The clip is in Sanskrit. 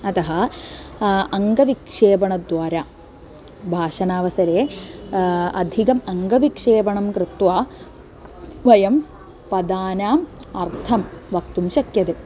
अतः अङ्गविक्षेपणद्वारा भाषनावसरे अधिकम् अङ्गविक्षेपणं कृत्वा वयं पदानाम् अर्थं वक्तुं शक्यते